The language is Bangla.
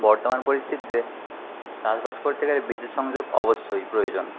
বর্তমান পরিস্থিতিতে চাষবাস করতে গেলে বিদ্যুৎ সংযোগ অবশ্যই প্রয়োজন